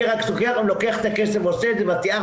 מי רק --- לוקח את הכסף ואת תיארת,